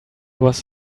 was